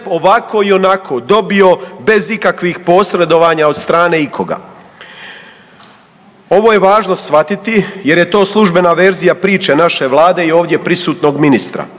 ovako i onako dobio bez ikakvih posredovanja od strane ikoga. Ovo je važno shvatiti jer je to službena verzija priče naše vlade i ovdje prisutnog ministra